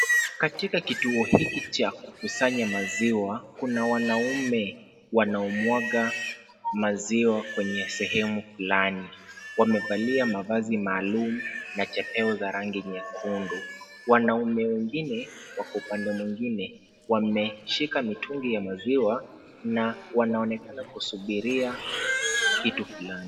Katika kituo hiki cha kukusanya maziwa, kuna wanaume wanaomwaga maziwa kwenye sehemu fulani, wamevalia mavazi maalum na chapeo za rangi nyekundu. Wanaume wengine wako upanda wingine, wamecheka mitungi ya maziwa, na wanaonekana kusubiria kitu fulani.